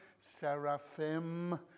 seraphim